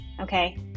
okay